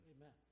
Amen